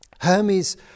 Hermes